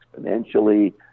exponentially